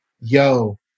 yo